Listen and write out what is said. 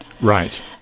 Right